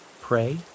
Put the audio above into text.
pray